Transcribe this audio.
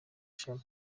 shami